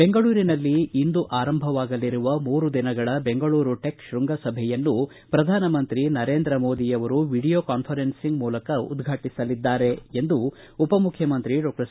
ಬೆಂಗಳೂರಿನಲ್ಲಿ ಇಂದು ಆರಂಭವಾಗಲಿರುವ ಮೂರು ದಿನಗಳ ಬೆಂಗಳೂರು ಟೆಕ್ ತೃಂಗಸಭೆಯನ್ನು ಪ್ರಧಾನಮಂತ್ರಿ ಸರೇಂದ್ರ ಮೋದಿ ಅವರು ವಿಡಿಯೋ ಕಾಸ್ವರೆನ್ಲಿಂಗ್ ಮೂಲಕ ಉದ್ವಾಟಿಸಲಿದ್ದಾರೆ ಎಂದು ಉಪಮುಖ್ಯಮಂತ್ರಿ ಡಾಕ್ಷರ್ ಸಿ